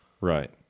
right